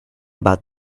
about